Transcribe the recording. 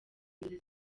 inzozi